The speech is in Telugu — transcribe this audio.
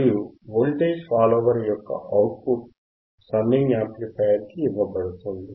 మరియు వోల్టేజ్ ఫాలోవర్ యొక్క అవుట్ పుట్ సమ్మింగ్ యాంప్లిఫైయర్ కి ఇవ్వబడుతుంది